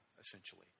essentially